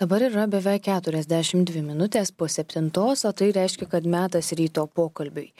dabar yra beveik keturiasdešimt dvi minutės po septintos o tai reiškia kad metas ryto pokalbiui